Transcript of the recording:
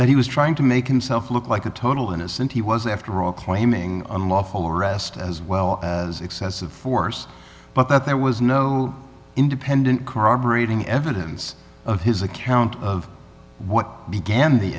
that he was trying to make himself look like a total innocent he was after all claiming unlawful arrest as well as excessive force but that there was no independent corroborating evidence of his account of what began the